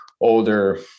older